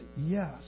Yes